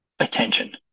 attention